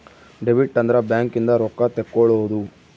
debit ಅಂದ್ರ bank ಇಂದ ರೊಕ್ಕ ತೆಕ್ಕೊಳೊದು